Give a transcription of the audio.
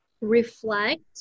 reflect